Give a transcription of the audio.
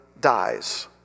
dies